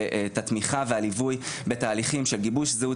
ואת התמיכה והליווי בתהליכים של גיבוש זהות